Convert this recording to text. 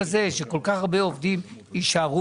זה הזמן שמשרד הביטחון צריך להתערב.